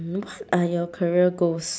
what are your career goals